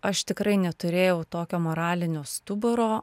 aš tikrai neturėjau tokio moralinio stuburo